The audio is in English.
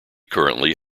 currently